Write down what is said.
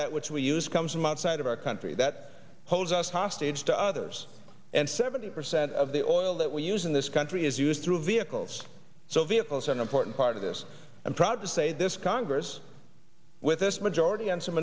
that which we use comes from outside of our country that holds us hostage to others and seventy percent of the oil that we use in this country is used through vehicles so vehicles are an important part of this i'm proud to say this congress with this majority and so